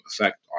effect